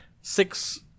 six